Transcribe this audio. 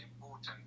important